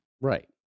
right